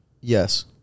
Yes